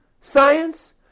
science